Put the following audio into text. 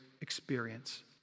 experience